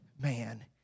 man